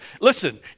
listen